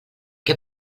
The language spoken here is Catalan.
què